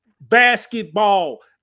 basketball